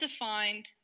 defined